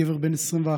גבר בן 21,